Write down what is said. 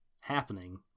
happening